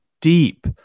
deep